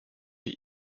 wie